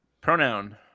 Pronoun